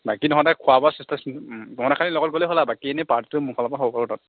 বাকী তহঁতে খোৱা বোৱা তহঁতে খালি লগত গ'লেই হ'ল আৰু বাকী পাৰ্টিটো মোৰ ফালৰ পৰা হ'ব বাৰু তাত